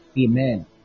Amen